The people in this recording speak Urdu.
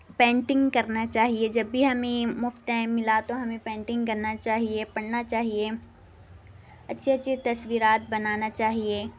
پینٹنگ کرنا چاہیے جب بھی ہمیں مفت ٹائم ملا تو ہمیں پینٹنگ کرنا چاہیے پڑھنا چاہیے اچھی اچھی تصویرات بنانا چاہیے